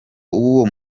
w’uwo